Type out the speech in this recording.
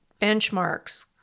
benchmarks